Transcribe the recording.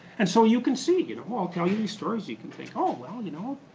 and so you can see you you know, i'll tell you these stories you can think oh well you know